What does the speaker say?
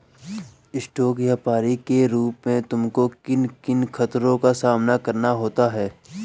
Stock व्यापरी के रूप में तुमको किन किन खतरों का सामना करना होता है?